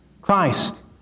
Christ